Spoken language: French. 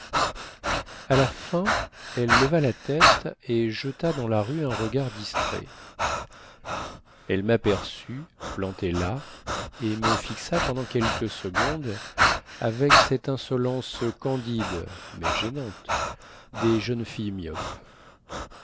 à la fin elle leva la tête et jeta dans la rue un regard distrait elle maperçut planté là et me fixa pendant quelques secondes avec cette insolence candide mais gênante des jeunes filles myopes